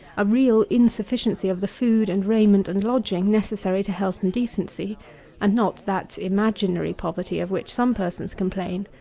a real insufficiency of the food and raiment and lodging necessary to health and decency and not that imaginary poverty, of which some persons complain.